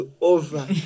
over